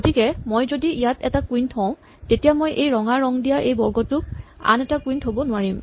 গতিকে যদি মই ইয়াত এটা কুইন থওঁ তেতিয়া মই এই ৰঙা ৰং দিয়া এটা বৰ্গটো আন এটা কুইন থ'ব নোৱাৰিম